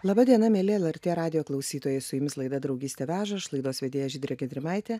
laba diena mieli lrt radijo klausytojai su jumis laida draugystė veža aš laidos vedėja žydrė gedrimaitė